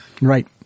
Right